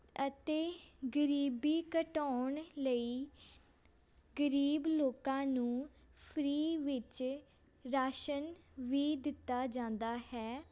ਅਤੇ ਗਰੀਬੀ ਘਟਾਉਣ ਲਈ ਗਰੀਬ ਲੋਕਾਂ ਨੂੰ ਫਰੀ ਵਿੱਚ ਰਾਸ਼ਨ ਵੀ ਦਿੱਤਾ ਜਾਂਦਾ ਹੈ